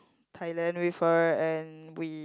Thailand with her and we